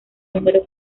número